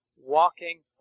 walking